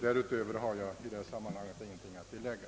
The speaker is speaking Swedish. Därutöver har jag i detta sammanhang intet att tillägga.